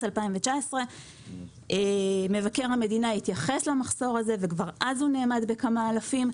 2019 מבקר המדינה התייחס למחסור הזה וכבר אז הוא נאמד בכמה אלפים,